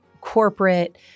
corporate